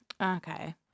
Okay